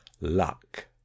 luck